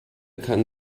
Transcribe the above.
kann